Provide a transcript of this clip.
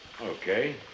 Okay